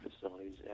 facilities